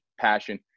passion